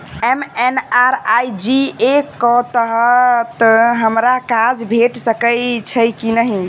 MNREGA कऽ तहत हमरा काज भेट सकय छई की नहि?